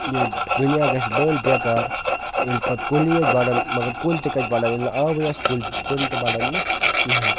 یہِ دُنیا گژھِ بٔلۍ بیکار ییٚلہِ پَتہٕ کُلی یٲتۍ بَڑن مگر کُلۍ تہِ کَتہِ بَڑن ییٚلہِ نہٕ آبٕے آسہِ کُلۍ کُلۍ تہِ بَڑن نہٕ کِہیٖنۍ